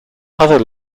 other